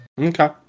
Okay